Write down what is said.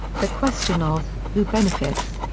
the question of who benefits?